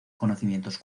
conocimientos